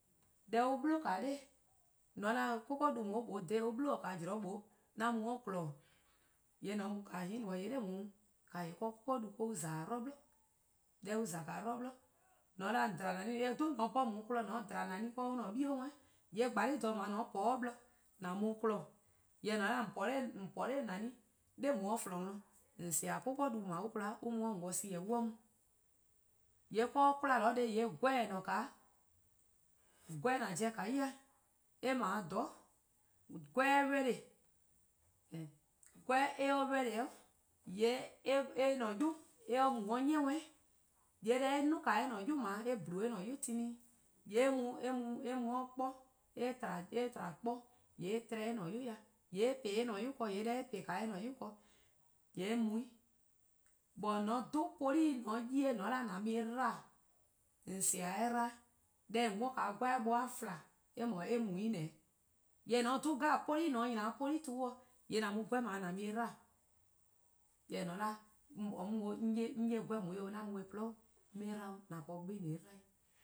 Denh an 'blu-a 'noror', :mor :on 'da 'koko'-du :daa :dha :on 'blu-dih-a zean' :mlor 'an mu 'de :kpon mor :on 'ye :hin no :yee' 'de nae' 'de 'koko'-du :za-dih 'dlu 'blo. De on :za-a 'dlu 'blo :mor :on dba neh, :mor :an 'bhorn :on 'ye-uh kpon :mor :on dba neh do an 'bie' worn 'i, 'de on :yee' blor 'do :dha 'bie 'sluh :ne-a po :yee' :an mu-uh :kpon, jorwor: :mor 'da on po 'nor neh 'de 'de 'for :dao' :flon worn :on sea-dih 'koko-du :dao' an-a' 'kpon 'weh an mu 'o :on-dih sie: on 'ye mu. :yee' 'de 'kwla :neheh' 'gweh :dao' :eh :ne-a 'de, 'gweh :an pobo-a ya eh 'ble :dhororn' :mor 'gweh ready, 'gweh, :mor eh ready, :yee' eh-: 'yu, :mor eh mu 'o 'ni worn 'i :yee' eh 'duo: eh-: 'yu, eh 'dle eh-: 'yu klehkpeh, :yee' mu 'o 'kpon, :yee' eh :tba 'kporn eh tba-or eh-: 'yu-dih, :yee' eh :po eh-: 'yu keh, :yee' deh eh :po eh-: 'yu ken, :yee' eh mu-'. Jorwor: :mor :on 'dhu poli'-' :mor :on 'ye-eh :on 'da :an mu-eh 'dba-a', :on sea-dih eh 'dba-a 'weh. Deh :on 'worn-a 'bgweh-a buh-a :fla, eh mu :neh'o. Jorwor: :mor :on 'dhu poli' 'jeh-' :mor :on :nya 'de poli' tu-' dih :yee' 'gweh :dao' :an mu-eh 'dba-'. Jorwor: :mor :on 'da 'nyi 'on mu 'o, 'on 'ye 'gweh :dao' 'weh 'an mu-eh :gwlii 'on 'ye-eh 'dba 'o, :an 'tmo 'sih :on :se-eh 'dba 'i